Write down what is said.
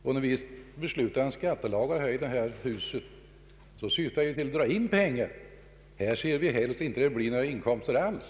När vi beslutar om skattelagar i detta hus syftar vi till att dra in pengar. Här ser vi helst att det inte blir några inkomster alls.